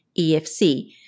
EFC